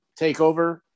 Takeover